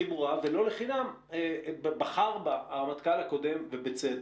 הכי ברורה ולא לחינם בחר בה הרמטכ"ל הקודם ובצדק.